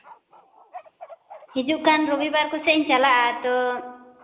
ᱦᱤᱡᱩᱜ ᱠᱟᱱ ᱨᱚᱵᱤ ᱵᱟᱨ ᱠᱚᱥᱮᱡ ᱤᱧ ᱪᱟᱞᱟᱜᱼᱟ ᱛᱚ